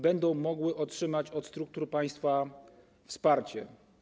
Będą mogły otrzymać od struktur państwa wsparcie.